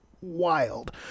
wild